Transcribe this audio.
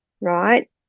right